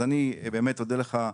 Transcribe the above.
אז אני באמת אודה לך,